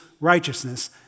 righteousness